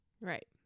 right